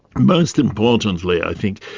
most importantly i think,